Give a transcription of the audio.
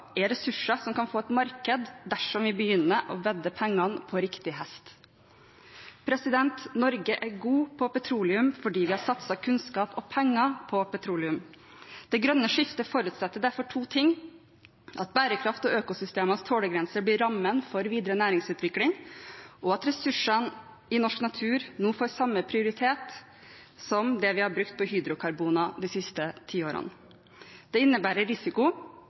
er ressurser som kan få et marked dersom vi begynner å vedde pengene på riktig hest. Norge er god på petroleum fordi vi har satset kunnskap og penger på petroleum. Det grønne skiftet forutsetter derfor to ting: at bærekraft og økosystemenes tålegrense blir rammen for videre næringsutvikling, og at ressursene i norsk natur nå får samme prioritet som det vi har brukt på hydrokarboner de siste tiårene. Det innebærer risiko,